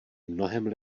mnohem